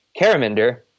Caraminder